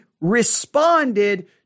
responded